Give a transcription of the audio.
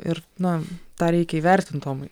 ir na tą reikia įvertint tomai